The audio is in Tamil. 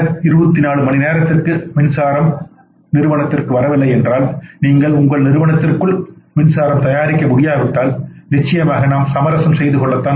24 மணிநேரத்திற்கு மின்சாரம் நிறுவனத்திற்கு வரவில்லை என்றால் நீங்கள் உங்கள் நிறுவனத்திற்குள் மின்சாரம் தயாரிக்க முடியாவிட்டால் நிச்சயமாக நாம் சமரசம் செய்ய வேண்டும்